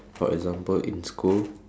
for example in school